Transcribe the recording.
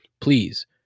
Please